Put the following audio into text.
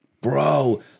bro